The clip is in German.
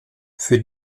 für